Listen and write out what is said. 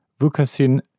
Vukasin